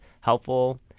helpful